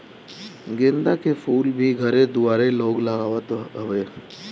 गेंदा के फूल भी घरे दुआरे लोग लगावत हवे